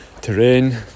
terrain